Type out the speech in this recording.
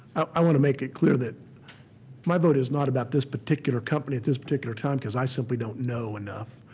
i want to make it clear that my vote is not about this particular company at this particular time because i simply don't know enough.